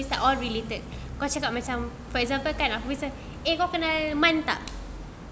so it's like all related kau cakap macam for example kan eh kau kenal man tak